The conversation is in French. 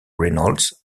reynolds